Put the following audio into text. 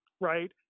right